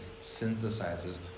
synthesizes